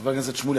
חבר הכנסת שמולי,